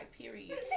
period